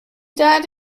died